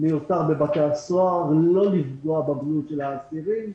מיותר בבתי הסוהר ולא לפגוע בבריאות האסירים,